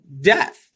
death